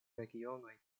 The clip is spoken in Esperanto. regionoj